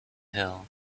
hill